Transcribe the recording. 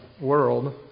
world